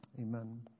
Amen